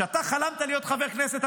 כשאתה חלמת להיות חבר כנסת,